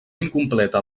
incompleta